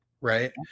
right